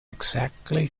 exactly